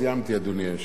סיימתי, אדוני היושב-ראש.